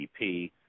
GDP